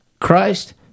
Christ